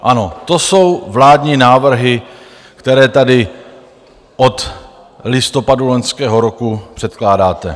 Ano, to jsou vládní návrhy, které tady od listopadu loňského roku předkládáte.